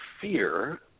fear